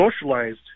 socialized